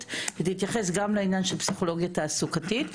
תתייחס גם לעניין של פסיכולוגיה תעסוקתית.